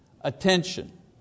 attention